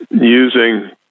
using